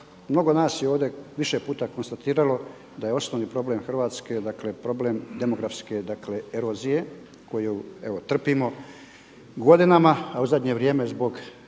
mnog nas je ovdje više puta konstatiralo da je osnovni problem Hrvatske dakle problem demografske erozije koju evo trpimo godinama, a u zadnje vrijeme zbog